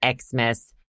Xmas